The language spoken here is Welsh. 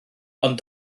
ond